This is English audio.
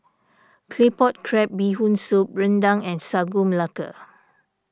Claypot Crab Bee Hoon Soup Rendang and Sagu Melaka